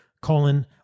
colon